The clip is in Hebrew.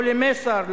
לא למאסר,